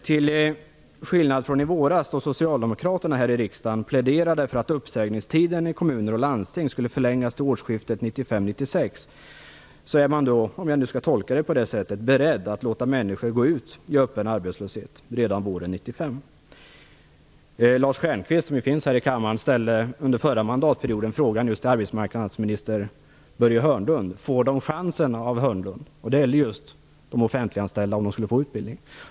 Till skillnad från i våras, då socialdemokraterna här i riksdagen pläderade för att uppsägningstiden i kommuner och landsting skulle förlängas till årsskiftet 1995/96, är man - om jag skall tolka saken på det sättet - beredd att låta människor gå ut i öppen arbetslöshet redan våren 1995. Lars Stjernkvist, som finns här i kammaren, ställde under förra mandatperioden frågan till arbetsmarknadsminister Börje Hörnlund: Får de chansen av Hörnlund? Det gällde just om de offentliganställda skulle få utbildning.